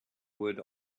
would